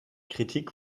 kritik